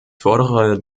fordere